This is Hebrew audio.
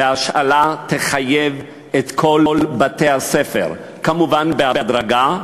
וההשאלה תחייב את כל בתי-הספר, כמובן בהדרגה,